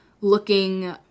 looking